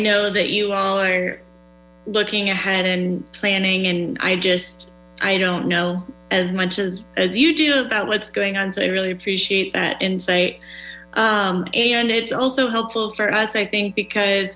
know that you all are looking ahead and planning and i just i don't know as much as you do about what's going on so i really appreciate that insight and it's also helpful for us i think because